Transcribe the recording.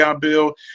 bill